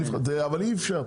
אבל אי אפשר,